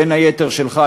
בין היתר שלך,